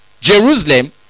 Jerusalem